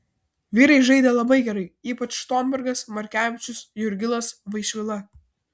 vyrai žaidė labai gerai ypač štombergas markevičius jurgilas vaišvila